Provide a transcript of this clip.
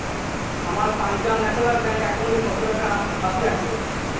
আমার Punjab National Bank অ্যাকাউন্টে কত টাকা বাকি আছে